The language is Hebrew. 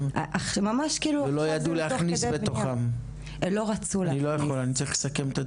ולא ידעו להכניס בתוכם לא רצו להכניס.